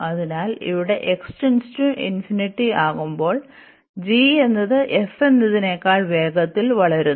അതിനാൽ ഇവിടെ ആകുമ്പോൾ g എന്നത് f എന്നതിനേക്കാൾ വേഗത്തിൽ വളരുന്നു